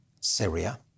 Syria